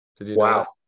Wow